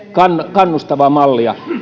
kannustavaa mallia